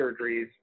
surgeries